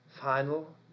final